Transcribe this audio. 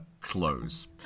close